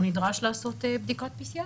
הוא נדרש לעשות בדיקת PCR,